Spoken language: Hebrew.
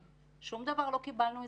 שום דבר לא קיבלנו כתוב,